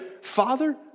Father